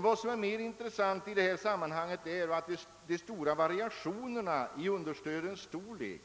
Vad som är mer intressant i detta sammanhang är de stora variationerna i understödets storlek.